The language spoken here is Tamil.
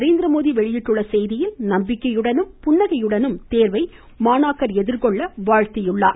நரேந்திரமோடி வெளியிட்டுள்ள செய்தியில் நம்பிக்கையுடனும் புன்னகையுடனும் தேர்வை எதிர்கொள்ள வாழ்த்தியுள்ளார்